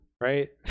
right